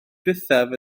ddiwethaf